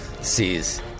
sees